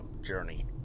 journey